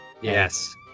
Yes